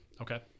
Okay